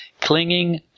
clinging